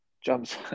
jumps